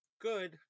good